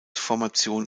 formation